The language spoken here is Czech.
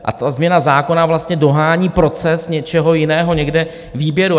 A ta změna zákona vlastně dohání proces něčeho jiného, někde výběru.